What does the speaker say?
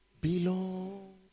belong